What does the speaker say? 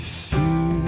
see